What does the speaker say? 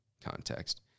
context